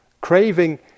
craving